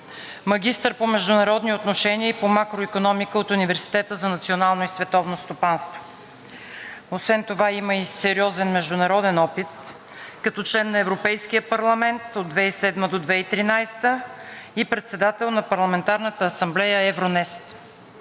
магистър по международни отношения и по макроикономика от Университета за национално и световно стопанство. Освен това има и сериозен международен опит като член на Европейския парламент от 2007 до 2013 г. и председател на Парламентарната асамблея „Евронест“.